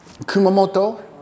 Kumamoto